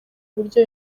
uburyo